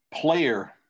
player